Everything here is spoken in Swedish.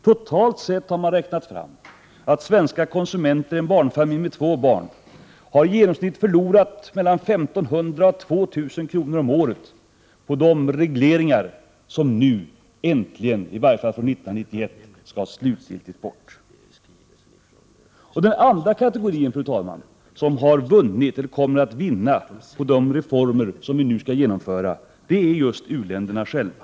Totalt sett har man räknat fram att en svensk barnfamilj med två barn i genomsnitt har förlorat 1 500-2 000 kr. om året på de regleringar som nu äntligen, i varje fall 1991, slutgiltigt tas bort. Den andra kategorin, fru talman, som kommer att vinna på de reformer som vi nu skall genomföra är just u-länderna själva.